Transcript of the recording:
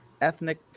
Ethnic